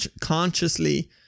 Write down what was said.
consciously